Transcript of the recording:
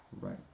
Right